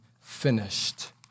finished